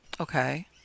okay